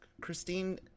christine